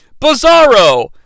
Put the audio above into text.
Bizarro